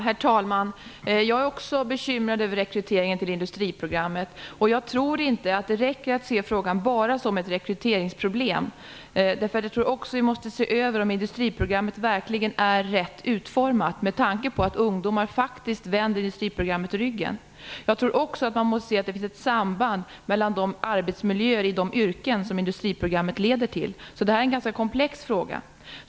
Herr talman! Jag är också bekymrad över rekryteringen till industriprogrammet, och jag tror inte att det räcker att se frågan som ett rekryteringsproblem. Vi måste också se över om industriprogrammet är rätt utformat, med tanke på att ungdom faktiskt vänder industriprogrammet ryggen. Jag tror också att man måste se att det finns ett samband med arbetsmiljöerna i de yrken som industriprogrammet leder till. Detta är alltså en ganska komplex fråga.